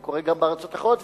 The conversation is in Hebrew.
זה קורה גם בארצות האחרות,